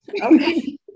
Okay